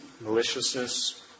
maliciousness